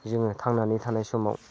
जोङो थांनानै थानाय समाव